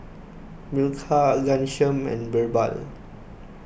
Milkha Ghanshyam and Birbal